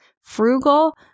frugal